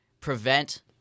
prevent